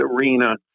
arena